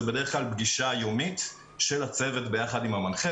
זה בדרך כלל פגישה יומית של הצוות ביחד עם המנחה.